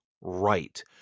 right